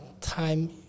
time